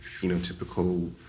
phenotypical